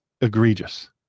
egregious